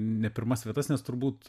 ne pirmas vietas nes turbūt